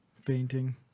fainting